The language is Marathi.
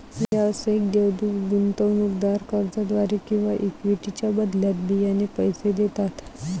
व्यावसायिक देवदूत गुंतवणूकदार कर्जाद्वारे किंवा इक्विटीच्या बदल्यात बियाणे पैसे देतात